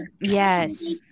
Yes